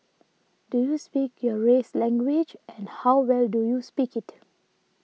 do you speak your race's language and how well do you speak it